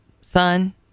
son